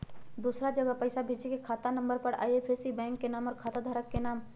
दूसरा जगह पईसा भेजे में खाता नं, आई.एफ.एस.सी, बैंक के नाम, और खाता धारक के नाम?